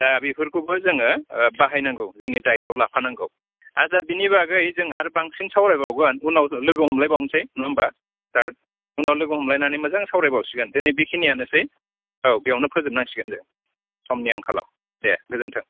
दा बेफोरखौबो जोङो बाहायनांगौ जोंनि डायेटआव लाफानांगौ आच्चा बेनि बागै जों आरो बांसिन सावरायबावगोन उनाव लोगो हमलायबावनोसै नङा होनबा सार उनाव लोगो हमलायनानै मोजां सावरायबावसिगोन दिनै बेखिनियानोसै औ बेयावनो फोजोबनांसिगोन जों समनि आंखालाव देह गोजोन्थों